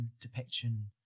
depiction